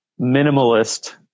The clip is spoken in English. minimalist